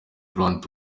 grand